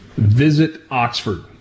VisitOxford